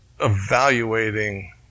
evaluating